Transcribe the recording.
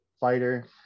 fighter